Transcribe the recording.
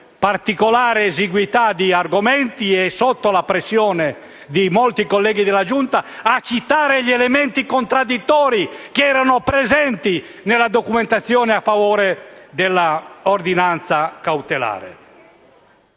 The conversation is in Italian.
particolare esiguità di argomenti e sotto la pressione di molti colleghi della Giunta), di citare gli elementi contraddittori che erano presenti nella documentazione a favore dell'ordinanza cautelare.